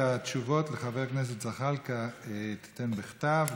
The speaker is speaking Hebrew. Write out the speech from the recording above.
את התשובות לחבר הכנסת זחאלקה תיתן בכתב,